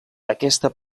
aquesta